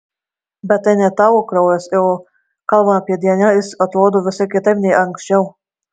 bet tai ne tavo kraujas o kalbant apie dnr jis atrodo visai kitaip nei anksčiau